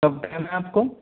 कब है आपको